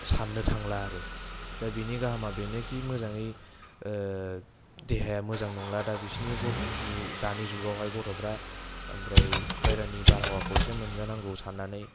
साननो थांला आरो दा बिनि गोहोमा बेनोखि मोजाङै देहाया मोजां नंला दा बिसोरनि दानि जुगावहाय गथ'फ्रा ओमफ्राय बाहेरानि बारहावाखौ इसे मोनजानांगौ सान्नानै